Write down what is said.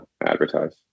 advertise